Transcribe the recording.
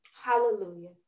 Hallelujah